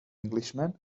englishman